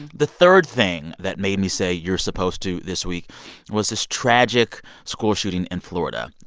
the third thing that made me say you're supposed to this week was this tragic school shooting in florida.